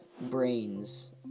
brains